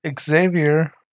Xavier